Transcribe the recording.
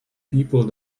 people